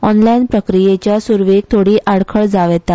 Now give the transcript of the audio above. ऑनलायन प्रक्रीयेच्या स्र्वेक थोडी आडखळ जाव येता